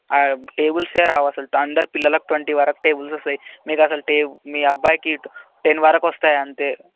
tables రావు అసలు అందరు పిల్లలకు ట్వంటీ వరకు టేబుల్స్ వస్తాయి మీకు అసలు టేబుల్ మీ అబ్బాయికి టెన్ వరకు వస్తాయి అంతే